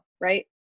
right